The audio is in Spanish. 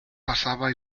pasaba